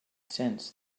sense